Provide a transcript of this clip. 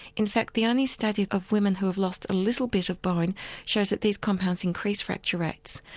in fact the only study of women who have lost a little bit of bone shows that these compounds increase fracture rates.